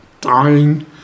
dying